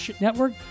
network